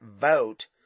vote